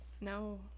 No